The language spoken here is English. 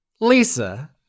Lisa